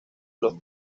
los